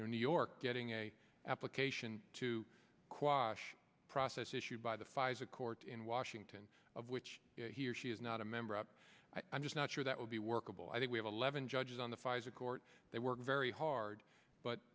new york getting a application to quash process issued by the pfizer court in washington of which he or she is not a member up i'm just not sure that would be workable i think we have eleven judges on the pfizer court they work very hard but